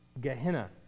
Gehenna